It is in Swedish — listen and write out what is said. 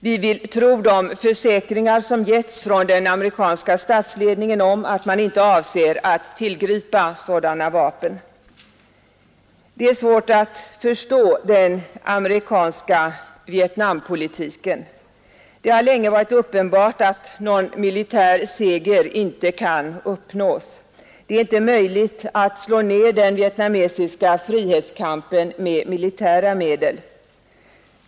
Vi vill tro de försäkringar som getts från den amerikanska statsledningen att man inte avser att tillgripa sådana vapen. Det är svårt att förstå den amerikanska Vietnampolitiken. Det har länge varit uppenbart att någon militär seger inte kan uppnås. Det är inte möjligt att slå ned den vietnamesiska frihetskampen med militära medel.